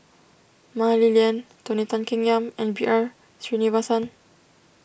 Mah Li Lian Tony Tan Keng Yam and B R Sreenivasan